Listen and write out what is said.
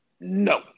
No